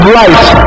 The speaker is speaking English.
light